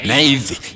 Navy